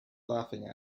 laughing